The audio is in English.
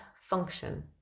function